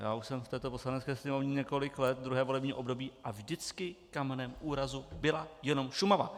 Já už jsem v této Poslanecké sněmovně několik let, druhé volební období, a vždycky kamenem úrazu byla jenom Šumava.